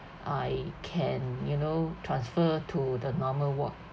I can you know transfer to the normal ward